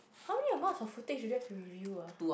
how many amounts of footage do they have to review ah